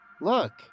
look